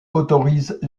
autorise